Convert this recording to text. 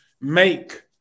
make